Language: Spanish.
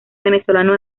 venezolano